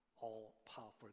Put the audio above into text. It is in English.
all-powerful